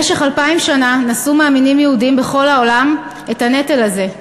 במשך אלפיים שנה נשאו מאמינים יהודים בכל העולם את הנטל הזה.